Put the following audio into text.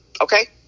Okay